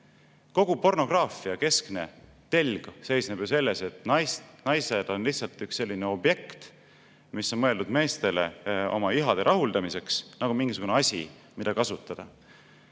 Kogu pornograafia keskne telg seisneb ju selles, et naised on lihtsalt üks objekt, mis on mõeldud meestele oma ihade rahuldamiseks nagu mingisugune asi, mida kasutada.